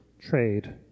trade